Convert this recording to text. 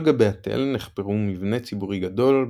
על גבי התל נחפרו מבנה ציבורי גדול,